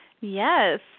Yes